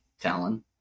Talon